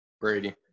brady